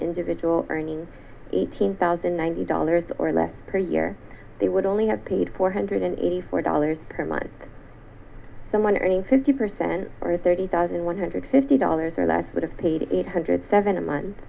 individual earning eighteen thousand one hundred dollars or less per year they would only have paid four hundred eighty four dollars per month someone earning fifty percent or thirty thousand one hundred fifty dollars or less would have paid eight hundred seven a month